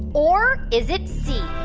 or is it c,